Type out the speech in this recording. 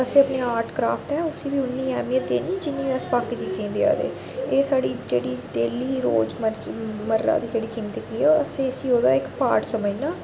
असें अपने art craft ऐ उसी बी उन्नी गै ऐह्मियत देनी जिन्नी अस बाकी चीज़ें गी देयै दे एह् साढ़ी जेह्ड़ी डेली रोजमरजा मर्रा दी जिंदगी ऐ असें उसी ओह्दा इक पार्ट समझना